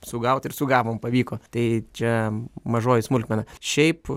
sugaut ir sugavom pavyko tai čia mažoji smulkmena šiaip